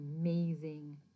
amazing